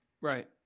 Right